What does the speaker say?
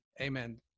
Amen